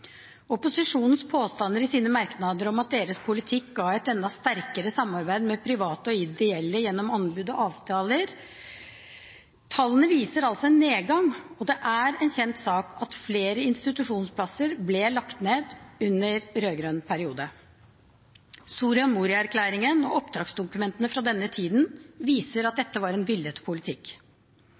Opposisjonens påstander i sine merknader er at deres politikk ga et enda sterkere samarbeid med private og ideelle gjennom anbud og avtaler. Tallene viser altså en nedgang, og det er en kjent sak at flere institusjonsplasser ble lagt ned under rød-grønn periode. Soria Moria-erklæringen og oppdragsdokumentene fra denne tiden viser at dette var en villet politikk.